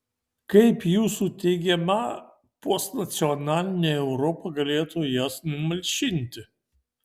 kaip jūsų teigiama postnacionalinė europa galėtų jas numalšinti